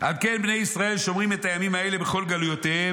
"על כן בני ישראל שומרים את הימים האלה בכל גלויותיהם,